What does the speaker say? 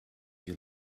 you